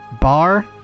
Bar